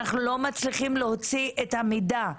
לא מצליחים להוציא את המידע.